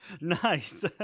Nice